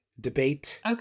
debate